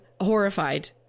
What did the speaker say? horrified